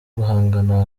guhangana